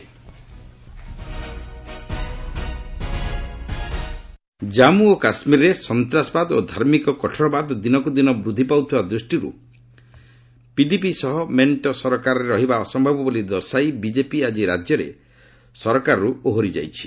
BJP JK Jammu ଓ କାଶ୍ମୀରରେ ସନ୍ତାସବାଦ ଓ ଧାର୍ମିକ କଠୋରବାଦ ଦିନକୁ ଦିନ ବୃଦ୍ଧି ପାଉଥିବା ଦୃଷ୍ଟିରୁ ପିଡିପି ସହ ସରକାରରେ ରହିବା ଅସମ୍ଭବ ବୋଲି ଦର୍ଶାଇ ବିକେପି ଆଜି ରାଜ୍ୟରେ ମେଣ୍ଟ ସରକାରରୁ ଓହରି ଯାଇଛି